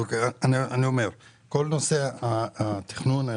אני אומר שכל נושא התכנון,